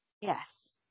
Yes